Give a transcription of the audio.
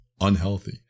unhealthy